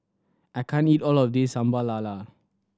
I can't eat all of this Sambal Lala